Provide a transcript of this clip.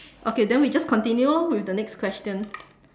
okay then we just continue lor with the next question